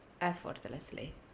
effortlessly